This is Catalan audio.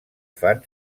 fan